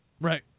Right